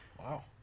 Wow